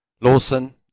Lawson